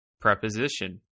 Preposition